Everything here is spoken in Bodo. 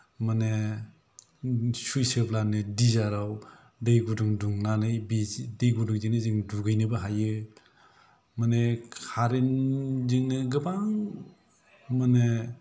माने सुइस होब्लानो गिजार आव दै गुदुं दुंनानै बि दै गुदुंजोंनो जों दुगैनोबो हायो माने कारेन्त जोंनो गोबां माने